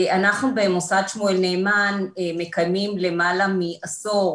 אנחנו במוסד שמואל נאמן מקיימים למעלה מעשור